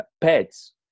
pets